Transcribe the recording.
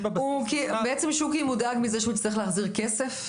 אם --- שוקי מודאג מזה שהוא יצטרך להחזיר כסף,